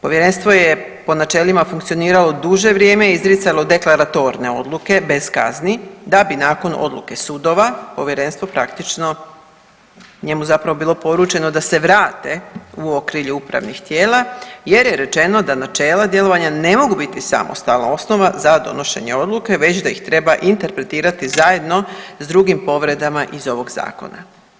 Povjerenstvo je po načelima funkcioniralo duže vrijeme, izricalo deklaratorne odluke bez kazni da bi nakon odluke sudova povjerenstvo praktično njemu zapravo bilo poručeno da se vrate u okrilje upravnih tijela jer je rečeno da načela djelovanja ne mogu biti samostalna osnova za donošenje odluke već da ih treba interpretirati zajedno s drugim povredama iz ovog zakona.